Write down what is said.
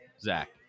Zach